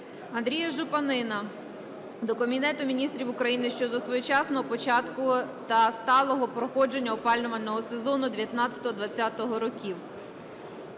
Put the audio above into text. Андрія Жупанина до Кабінету Міністрів України щодо своєчасного початку та сталого проходження опалювального сезону 2019/2020 років.